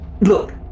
look